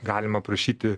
galima prašyti